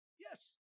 Yes